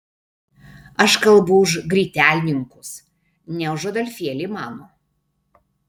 aš kalbu už grytelninkus ne už adolfėlį mano